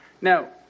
Now